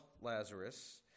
Lazarus